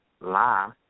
lie